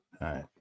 right